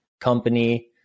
company